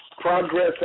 progress